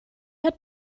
had